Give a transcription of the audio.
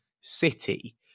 City